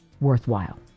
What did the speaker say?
worthwhile